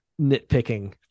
nitpicking